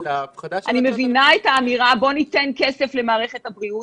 --- ההפחדה --- אני מבינה את האמירה: בואו ניתן כסף למערכת הבריאות.